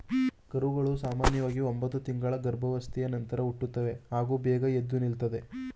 ಕರುಗಳು ಸಾಮನ್ಯವಾಗಿ ಒಂಬತ್ತು ತಿಂಗಳ ಗರ್ಭಾವಸ್ಥೆಯ ನಂತರ ಹುಟ್ಟುತ್ತವೆ ಹಾಗೂ ಬೇಗ ಎದ್ದು ನಿಲ್ತದೆ